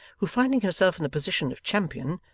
who finding herself in the position of champion,